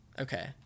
Okay